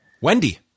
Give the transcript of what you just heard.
Wendy